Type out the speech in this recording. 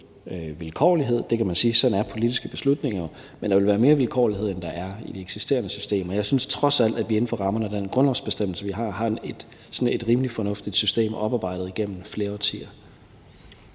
vilkårlighed – sådan er politiske beslutninger jo, kan man sige, men der ville være mere vilkårlighed, end der er i det eksisterende system. Og jeg synes trods alt, at vi inden for rammerne af den grundlovsbestemmelse, vi har, har fået et sådant rimelig fornuftigt system oparbejdet igennem flere årtier.